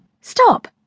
Stop